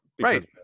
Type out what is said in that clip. Right